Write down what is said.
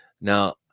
Now